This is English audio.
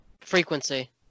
frequency